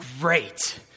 Great